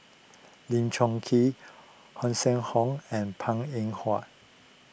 Lim Chong Keat Hanson Ho and Png Eng Huat